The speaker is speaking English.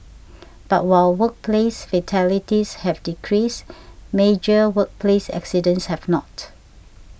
but while workplace fatalities have decreased major workplace accidents have not